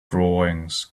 drawings